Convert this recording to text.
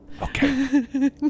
Okay